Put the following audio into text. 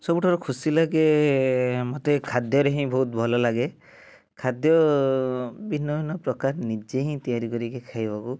ସବୁଠାରୁ ଖୁସିଲାଗେ ମୋତେ ଖାଦ୍ୟରେ ହିଁ ବହୁତ ଭଲ ଲାଗେ ଖାଦ୍ୟ ଭିନ୍ନ ଭିନ୍ନ ପ୍ରକାର ନିଜେ ହିଁ ତିଆରି କରିକି ଖାଇବାକୁ